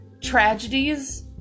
tragedies